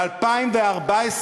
ב-2014,